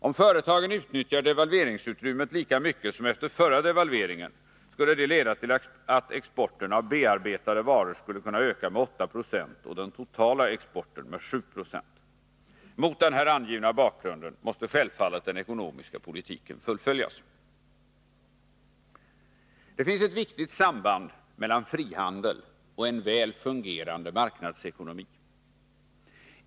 Om företagen utnyttjar devalveringsutrymmet lika mycket som efter förra devalveringen, skulle det leda till att exporten av bearbetade varor kunde öka med 8 96 och den totala exporten med 7 90. Mot den här angivna bakgrunden måste självfallet den ekonomiska politiken fullföljas. Det finns ett viktigt samband mellan frihandel och en väl fungerande marknadsekonomi.